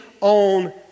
on